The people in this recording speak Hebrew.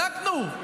בדקנו,